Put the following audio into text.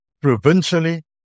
provincially